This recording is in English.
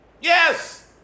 yes